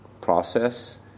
process